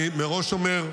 אני מראש אומר,